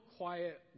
quiet